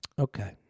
Okay